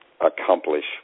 accomplish